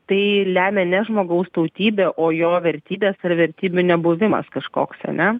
tai lemia ne žmogaus tautybė o jo vertybes ar vertybių nebuvimas kažkoks ane